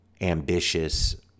ambitious